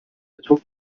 çok